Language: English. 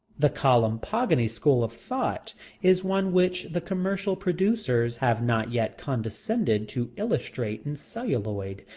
the colum-pogany school of thought is one which the commercial producers have not yet condescended to illustrate in celluloid,